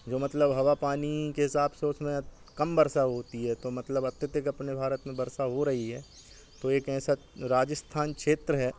जो मतलब हवा पानी के हिसाब से उसमें कम वर्षा होती है तो मतलब अत्यधिक अपने भारत में वर्षा हो रही है तो ऐसा एक राजस्थान क्षेत्र है